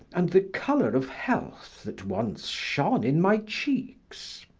and the color of health that once shone in my cheeks.